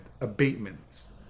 abatements